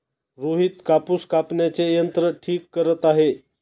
रोहित कापूस कापण्याचे यंत्र ठीक करत आहे